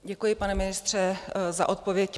Děkuji, pane ministře, za odpověď.